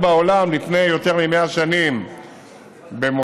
בעולם לפני יותר מ-100 שנים במוסקבה,